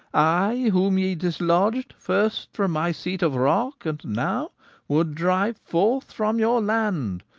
i whom ye dislodged first from my seat of rock and now would drive forth from your land,